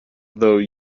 though